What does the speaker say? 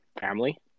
family